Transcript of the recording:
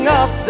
up